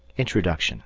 introduction